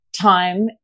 time